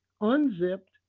unzipped